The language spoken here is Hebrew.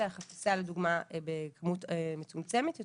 אלא חפיסה לדוגמא בכמות מצומצמת יותר,